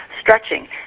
stretching